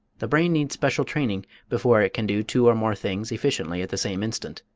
the brain needs special training before it can do two or more things efficiently at the same instant.